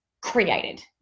created